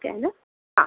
ठीक आहे ना हां